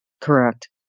correct